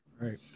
right